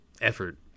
effort